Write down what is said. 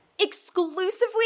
exclusively